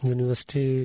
University